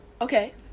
Okay